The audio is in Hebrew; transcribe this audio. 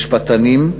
משפטנים,